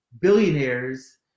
billionaires